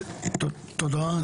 תודה,